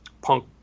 punk